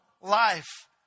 life